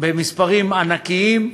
במספרים ענקיים.